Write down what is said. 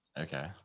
okay